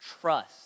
trust